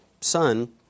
son